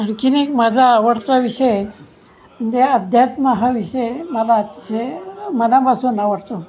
आणखीन एक माझा आवडता विषय जे अध्यात्म हा विषय मला अतिशय मनापासून आवडतो